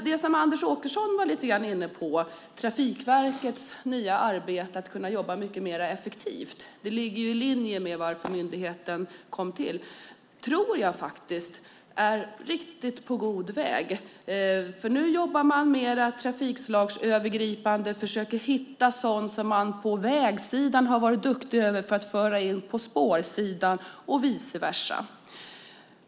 Det som Anders Åkesson var lite grann inne på, Trafikverkets nya arbete för att kunna jobba mycket mer effektivt - det ligger ju i linje med varför myndigheten kom till - tror jag är på riktigt god väg. Nu jobbar man mer trafikslagsövergripande och försöker hitta sådant som man på vägsidan har varit duktig på för att föra in det på spårsidan och vice versa.